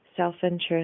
Self-interest